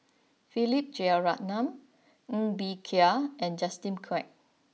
Philip Jeyaretnam Ng Bee Kia and Justin Quek